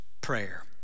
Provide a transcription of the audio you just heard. prayer